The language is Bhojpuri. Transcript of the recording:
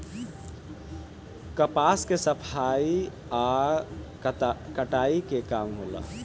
कपास के सफाई आ कताई के काम होला